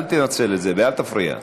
אל תפריע.